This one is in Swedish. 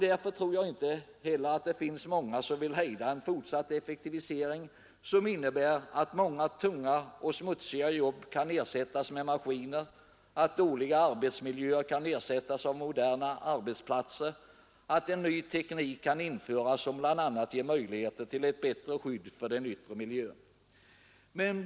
Därför tror jag inte heller det finns många som vill hejda en fortsatt effektivisering som innebär att många tunga och smutsiga jobb kan ersättas med maskiner, att dåliga arbetsmiljöer kan ersättas av moderna arbetsplatser och att en ny teknik kan användas som bl.a. ger möjligheter till bättre skydd för den yttre miljön.